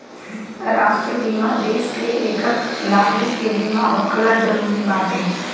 राष्ट्रीय बीमा देस के एकहक नागरीक के बीमा होखल जरूरी होत बाटे